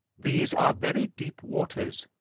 these are very deep waters,